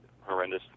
horrendous